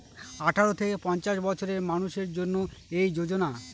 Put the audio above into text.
আঠারো থেকে পঞ্চাশ বছরের মানুষের জন্য এই যোজনা